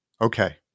okay